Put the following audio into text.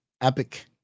epic